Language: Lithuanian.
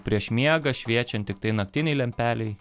prieš miegą šviečiant tiktai naktinei lempelei